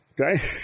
okay